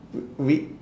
w~ we